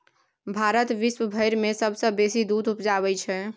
भारत विश्वभरि मे सबसँ बेसी दूध उपजाबै छै